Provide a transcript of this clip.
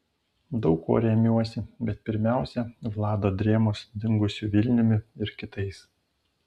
daug kuo remiuosi bet pirmiausia vlado drėmos dingusiu vilniumi ir kitais